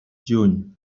juny